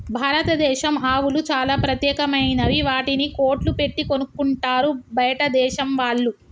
భారతదేశం ఆవులు చాలా ప్రత్యేకమైనవి వాటిని కోట్లు పెట్టి కొనుక్కుంటారు బయటదేశం వాళ్ళు